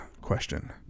question